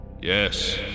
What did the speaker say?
Yes